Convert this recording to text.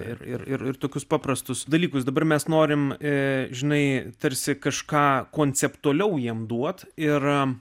ir ir tokius paprastus dalykus dabar mes norime ir žinai tarsi kažką konceptualiau jiems duoti yra